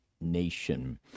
nation